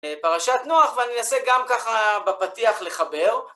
פרשת נח ואני אעשה גם ככה בפתיח לחבר.